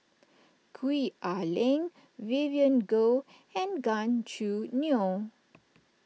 Gwee Ah Leng Vivien Goh and Gan Choo Neo